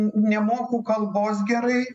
nemoku kalbos gerai